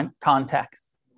context